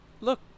look